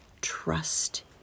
trust